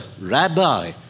rabbi